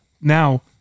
Now